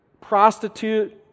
prostitute